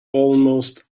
almost